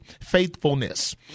faithfulness